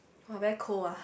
!wah! very cold ah